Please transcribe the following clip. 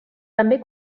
també